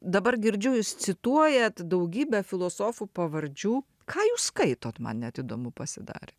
dabar girdžiu jūs cituojat daugybę filosofų pavardžių ką jūs skaitot man net įdomu pasidarė